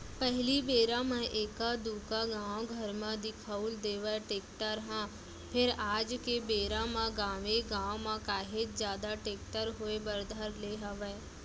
पहिली बेरा म एका दूका गाँव घर म दिखउल देवय टेक्टर ह फेर आज के बेरा म गाँवे गाँव म काहेच जादा टेक्टर होय बर धर ले हवय